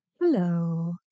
Hello